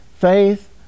faith